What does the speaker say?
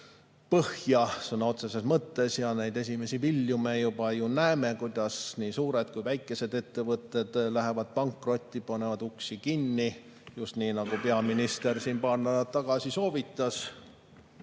põhja, sõna otseses mõttes. Neid esimesi vilju me ju näeme, kuidas nii suured kui ka väikesed ettevõtted lähevad pankrotti, panevad uksi kinni, just nii, nagu peaminister siin paar nädalat tagasi soovitas.